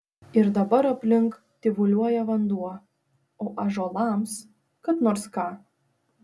ir dabar aplink tyvuliuoja vanduo o ąžuolams kad nors ką